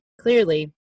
clearly